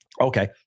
Okay